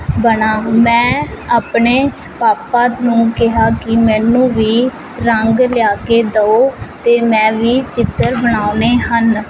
ਬਣਾ ਮੈਂ ਆਪਣੇ ਪਾਪਾ ਨੂੰ ਕਿਹਾ ਕਿ ਮੈਨੂੰ ਵੀ ਰੰਗ ਲਿਆ ਕੇ ਦਿਓ ਅਤੇ ਮੈਂ ਵੀ ਚਿੱਤਰ ਬਣਾਉਣੇ ਹਨ